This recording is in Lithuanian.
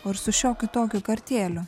o ir su šiokiu tokiu kartėliu